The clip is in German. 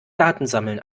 datensammeln